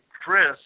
Chris